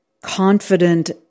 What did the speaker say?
confident